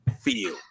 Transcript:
Feel